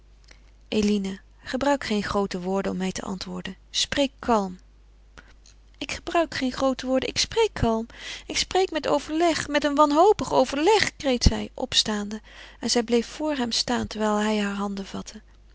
eline gebruik geen groote woorden om mij te antwoorden spreek kalm ik gebruik geen groote woorden ik spreek kalm ik spreek met overleg met een wanhopig overleg kreet zij opstaande en zij bleef vor hem staan terwijl hij hare handen vatte